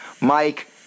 Mike